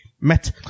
Met